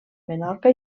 menorca